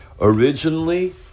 Originally